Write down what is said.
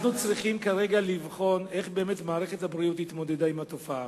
אנחנו צריכים כרגע לבחון איך מערכת הבריאות התמודדה עם התופעה,